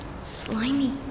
Slimy